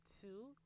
two